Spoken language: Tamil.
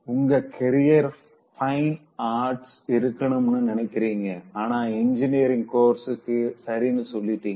உங்க கேரியர் ஃபைன் ஆர்ட்ஸ்ல இருக்கணும்னு நினைக்கிறீங்க ஆனா இன்ஜினியரிங் கோர்ஸ்க்கு சரின்னு சொல்லிட்டீங்க